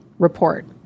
report